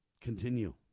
continue